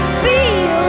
feel